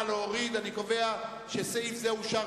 סעיף 57, רשויות מקומיות, לשנת 2010, נתקבל.